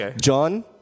John